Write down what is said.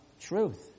truth